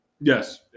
Yes